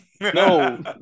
No